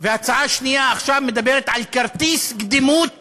והצעה שנייה עכשיו מדברת על כרטיס קדימות לנכים,